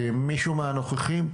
מישהו מהנוכחים?